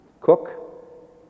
Cook